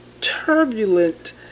turbulent